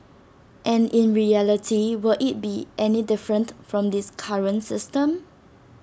and in reality will IT be any different from this current system